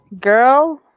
Girl